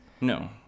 No